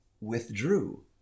withdrew